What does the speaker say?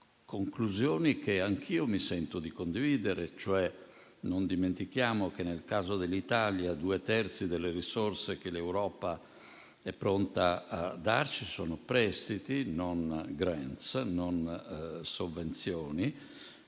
conclusioni che anch'io mi sento di condividere; ha invitato infatti a non dimenticare che, nel caso dell'Italia, due terzi delle risorse che l'Europa è pronta a darci sono prestiti, non *grant*, non sovvenzioni